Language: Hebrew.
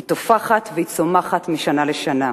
היא תופחת והיא צומחת משנה לשנה.